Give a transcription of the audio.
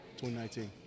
2019